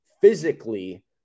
Physically